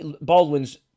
Baldwin's